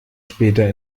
später